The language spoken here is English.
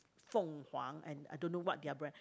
凤凰 and I don't know what their brand